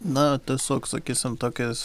na tiesiog sakysim tokiais